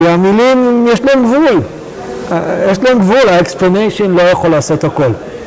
‫והמילים, יש להם גבול, ‫יש להם גבול, ‫ה-explanation לא יכול לעשות הכול.